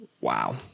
wow